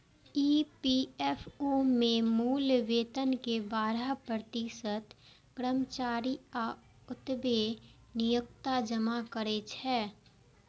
EPFO मे मूल वेतन के बारह प्रतिशत कर्मचारी आ ओतबे नियोक्ता जमा करै छै